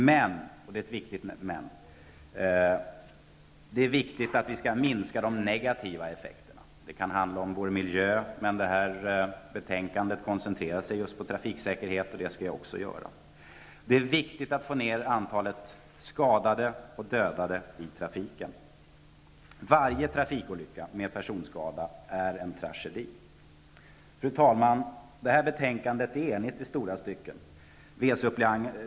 Men det är viktigt att minska de negativa effekterna. Det kan handla om vår miljö. Men detta betänkande handlar i huvudsak om trafiksäkerhet, och jag skall koncentrera mig på det. Det är viktigt att minska antalet skadade och dödade i trafiken. Varje trafikolycka med personskada är en tragedi. Fru talman! Detta betänkande är i stora stycken enigt.